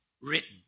written